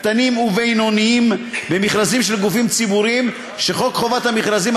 קטנים ובינוניים במכרזים של גופים ציבוריים שחוק חובת המכרזים,